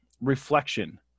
reflection